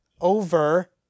over